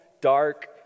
dark